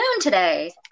today